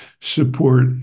support